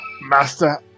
Master